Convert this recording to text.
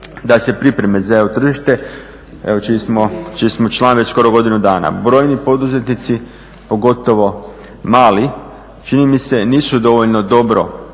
da se pripreme za EU tržište evo čiji smo član već skoro godinu dana. Brojni poduzetnici pogotovo mali čini mi se nisu dovoljno dobro